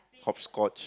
hopscotch